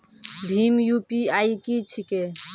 भीम UPI की छीके?